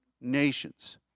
nations